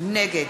נגד